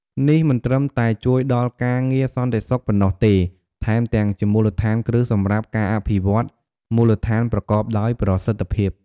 នេះមិនត្រឹមតែជួយដល់ការងារសន្តិសុខប៉ុណ្ណោះទេ ថែមទាំងជាមូលដ្ឋានគ្រឹះសម្រាប់ការអភិវឌ្ឍមូលដ្ឋានប្រកបដោយប្រសិទ្ធភាព។